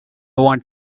want